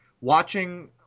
watching